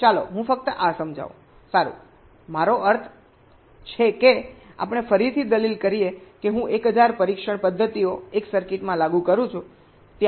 ચાલો હું ફક્ત આ સમજાવું સારું મારો અર્થ છે કે આપણે ફરીથી દલીલ કરીએ કે હું 1000 પરિક્ષણ પદ્ધતિઓ એક સર્કિટમાં લાગુ કરું છું ત્યાં 10 આઉટપુટ લાઇન છે